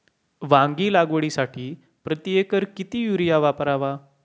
वांगी लागवडीसाठी प्रति एकर किती युरिया वापरावा?